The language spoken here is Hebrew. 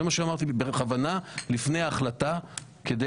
זה מה שאמרתי בכוונה לפני ההחלטה כדי